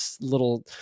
little